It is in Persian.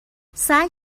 سعی